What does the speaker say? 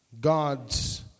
God's